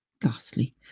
Ghastly